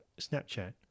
Snapchat